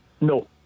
No